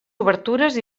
obertures